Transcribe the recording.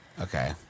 Okay